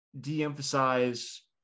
de-emphasize